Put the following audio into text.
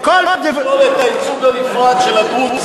כי אתה רוצה לשלול את הייצוג הנפרד של הדרוזים,